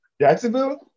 Jacksonville